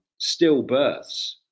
stillbirths